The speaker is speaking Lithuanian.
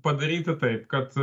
padaryti taip kad